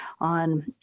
on